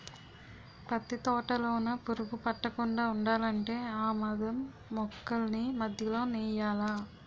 పత్తి తోటలోన పురుగు పట్టకుండా ఉండాలంటే ఆమదం మొక్కల్ని మధ్యలో నెయ్యాలా